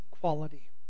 quality